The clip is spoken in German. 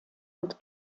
und